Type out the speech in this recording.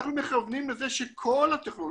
אנחנו מכוונים לזה שכל הטכנולוגיות,